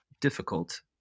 difficult